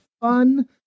fun